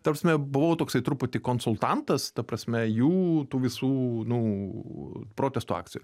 ta prasme buvau toksai truputį konsultantas ta prasme jų tų visų nu protesto akcijų